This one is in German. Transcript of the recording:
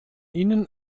ihnen